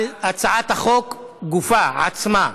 על הצעת החוק גופה, עצמה.